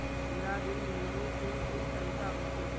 हमरा ऋण लुमू कुन कुन तरीका होचे?